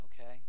okay